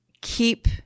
keep